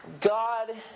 God